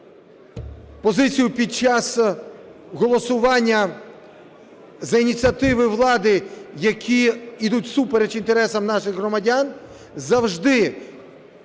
позицію під час голосування за ініціативи влади, які йдуть всупереч інтересам наших громадян, завжди